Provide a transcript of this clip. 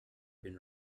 been